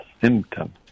symptom